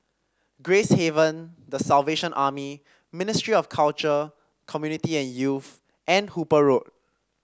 Gracehaven The Salvation Army Ministry of Culture Community and Youth and Hooper Road